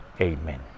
Amen